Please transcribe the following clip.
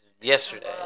yesterday